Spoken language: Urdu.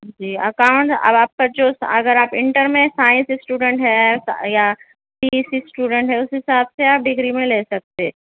جی اکاونٹ اب آپ پر جو اگر آپ انٹر میں سائنس اسٹوڈنٹ ہیں تو یا جس اسٹوڈنس ہیں اس حساب سے آپ ڈگری میں لے سکتے